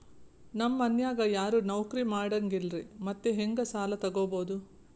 ನಮ್ ಮನ್ಯಾಗ ಯಾರೂ ನೌಕ್ರಿ ಮಾಡಂಗಿಲ್ಲ್ರಿ ಮತ್ತೆಹೆಂಗ ಸಾಲಾ ತೊಗೊಬೌದು?